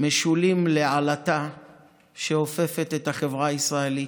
משולים לעלטה שאופפת את החברה הישראלית,